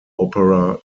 opera